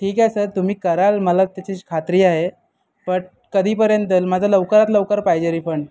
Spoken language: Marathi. ठीक आहे सर तुम्ही कराल मला त्याची खात्री आहे बट कधीपर्यंत माझं लवकरात लवकर पाहिजे रिफंड